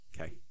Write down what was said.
okay